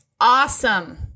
awesome